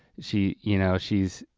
she's, you know, she's,